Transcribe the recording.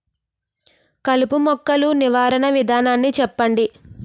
కలుపు మొక్కలు నివారణ విధానాన్ని చెప్పండి?